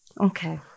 okay